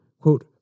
Quote